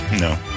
No